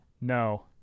No